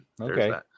Okay